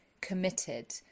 committed